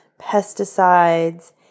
pesticides